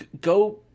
go